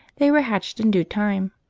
they were hatched in due time,